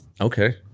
Okay